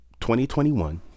2021